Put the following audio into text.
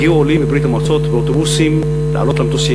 הגיעו עולים מברית-המועצות באוטובוסים לעלות למטוסים.